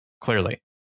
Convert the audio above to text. clearly